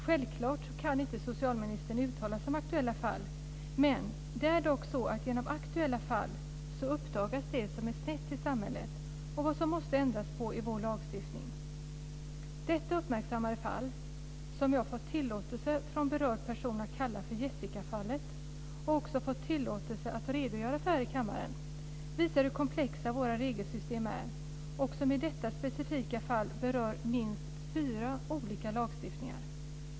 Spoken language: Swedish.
Självklart kan inte socialministern uttala sig om aktuella fall, men det är dock så att det genom aktuella fall uppdagas vad som är snett i samhället och vad som måste ändras i vår lagstiftning. Detta uppmärksammade fall, som jag fått tillåtelse från berörd person att kalla för Jessicafallet och också fått tillåtelse att redogöra för här i kammaren, visar hur komplexa våra regelsystem är. Detta specifika fall berör minst fyra olika lagstiftningar.